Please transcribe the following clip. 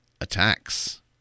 Attacks